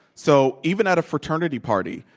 so even at a fraternity party,